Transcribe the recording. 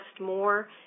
more